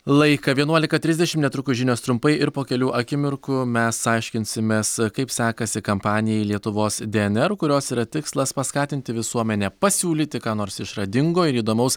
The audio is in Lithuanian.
laiką vienuolika trisdešimt netrukus žinios trumpai ir po kelių akimirkų mes aiškinsimės kaip sekasi kampanijai lietuvos dnr kurios yra tikslas paskatinti visuomenę pasiūlyti ką nors išradingo ir įdomaus